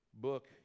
book